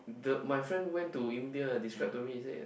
the my friend went to India describe to me he said